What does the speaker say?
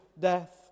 death